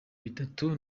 bitatu